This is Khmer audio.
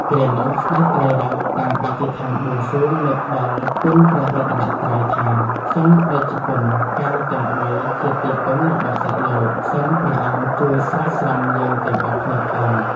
គ្រានោះ ស្ដេចត្រីរ៉ស់តាំងអធិដ្ឋានបួងសួងនឹកដល់គុណព្រះរតនត្រ័យថា៖ «សូមតេជគុណកែវទាំងបីជាទីពឹងរបស់សត្វលោក សូមព្រះអង្គជួយស្រោចស្រង់យើងទាំងអស់គ្នាផង»។